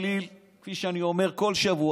כפי שאני אומר כל שבוע,